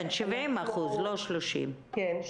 כן - 70% לא 30%. כן,